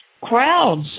crowds